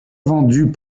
vendus